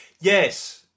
Yes